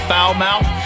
Foulmouth